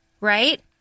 right